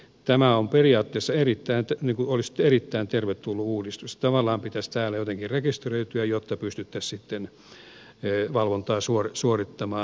tämä olisi periaatteessa erittäin tervetullut uudistus ja tavallaan sen pitäisi täällä jotenkin rekisteröityä jotta pystyttäisiin sitten valvontaa suorittamaan